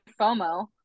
FOMO